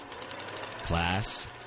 Class